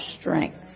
strength